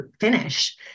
finish